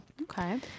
okay